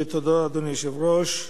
תודה, אדוני היושב-ראש.